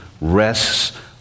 rests